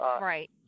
Right